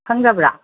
ꯈꯪꯗꯕ꯭ꯔꯥ